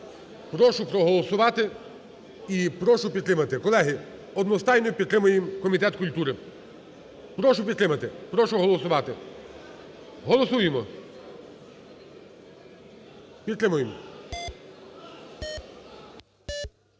Прошу проголосувати і прошу підтримати. Колеги, одностайно підтримуємо Комітет культури. Прошу підтримати, прошу голосувати. Голосуємо, підтримуємо.